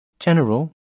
General